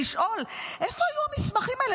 לשאול: איפה היו המסמכים האלה?